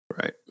Right